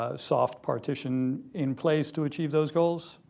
ah soft partition in place to achieve those goals?